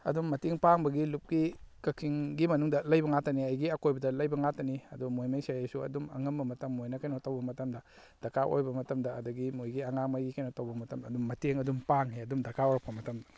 ꯑꯗꯨꯝ ꯃꯇꯦꯡ ꯄꯥꯡꯕꯒꯤ ꯂꯨꯞꯀꯤ ꯀꯛꯆꯤꯡꯒꯤ ꯃꯅꯨꯡꯗ ꯂꯩꯕ ꯉꯥꯀꯇꯅꯤ ꯑꯩꯒꯤ ꯑꯀꯣꯏꯕꯗ ꯂꯩꯕ ꯉꯥꯛꯇꯅꯤ ꯑꯗꯨ ꯃꯣꯏꯉꯩꯁꯦ ꯑꯩꯁꯨ ꯑꯗꯨꯝ ꯑꯉꯝꯕ ꯃꯇꯝ ꯃꯣꯏꯅ ꯀꯩꯅꯣ ꯇꯧꯕ ꯃꯇꯝꯗ ꯗꯔꯀꯥꯔ ꯑꯣꯏꯕ ꯃꯇꯝꯗ ꯑꯗꯨꯗꯒꯤ ꯃꯣꯏꯒꯤ ꯑꯉꯥꯡꯉꯩꯒꯤ ꯀꯩꯅꯣ ꯇꯧꯕ ꯃꯇꯝ ꯑꯗꯨꯝ ꯃꯇꯦꯡ ꯑꯗꯨꯝ ꯄꯥꯡꯉꯦ ꯑꯗꯨꯝ ꯗꯔꯀꯥꯔ ꯑꯣꯏꯔꯛꯄ ꯃꯇꯝ